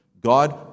God